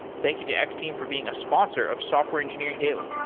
thank you to x-team for being a sponsor of software engineering daily